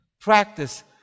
practice